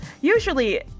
Usually